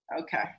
Okay